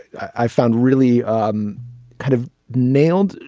i found really um kind of nailed.